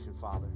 Father